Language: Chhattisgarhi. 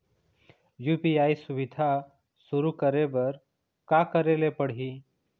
यू.पी.आई सुविधा शुरू करे बर का करे ले पड़ही?